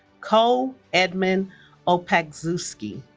cole edmund opaczewski